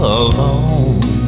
alone